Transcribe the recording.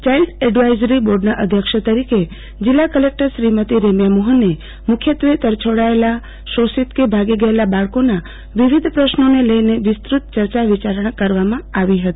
યાઈલ્ડ advisory બોર્ડના અધ્યક્ષ તરીકે જીલ્લા કલેકટર શ્રીમતી રેમ્યા મોહને મુખ્યત્વે તરછોડાયેલા શોષિત કે ભાગી ગયેલા બાળકોના વિવિધ પ્રશ્નોને લઈને વિસ્તૃત યર્ચા વિચારણા કરવામાં આવી હતો